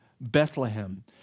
Bethlehem